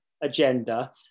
agenda